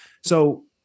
So-